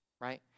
right